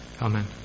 Amen